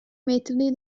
metodi